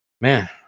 man